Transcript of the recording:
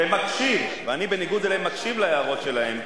ומקשיב, אני בניגוד אליהם מקשיב להערות שלהם,